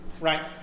right